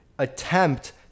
Attempt